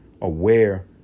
aware